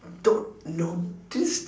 don't know this